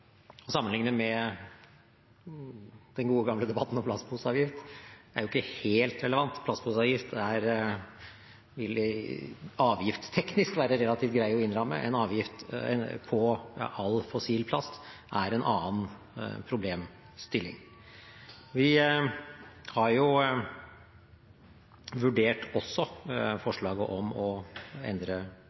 den gode, gamle debatten om plastposeavgift er ikke helt relevant. En plastposeavgift vil avgiftsteknisk være relativt grei å innramme. En avgift på all fossil plast er en annen problemstilling. Vi har vurdert forslaget om å endre